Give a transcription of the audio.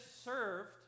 served